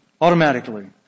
automatically